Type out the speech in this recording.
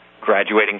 graduating